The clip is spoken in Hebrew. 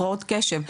הפרעות קשב,